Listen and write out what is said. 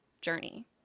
journey